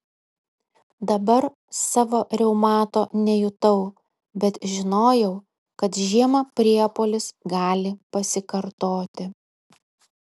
dabar savo reumato nejutau bet žinojau kad žiemą priepuolis gali pasikartoti